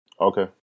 Okay